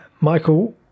Michael